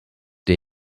der